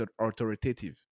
authoritative